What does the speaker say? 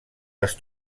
les